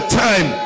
time